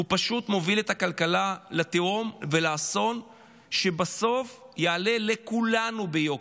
פשוט מוביל את הכלכלה לתהום ולאסון שבסוף יעלה לכולנו ביוקר.